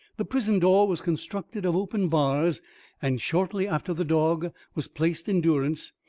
the prison-door was constructed of open bars and shortly after the dog was placed in durance,